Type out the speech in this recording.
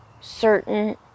certain